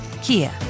Kia